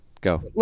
Go